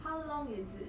how long is it